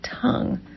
tongue